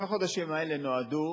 שלושת החודשים האלה נועדו,